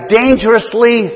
dangerously